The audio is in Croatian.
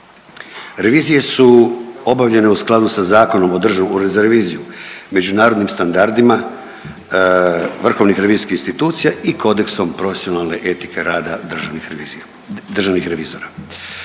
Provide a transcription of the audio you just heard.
Revizije su obavljene u skladu sa Zakonom o Državnom uredu za reviziju, međunarodnim standardima vrhovnih revizijskih institucija i Kodeksom profesionalne etike rada državnih revizora.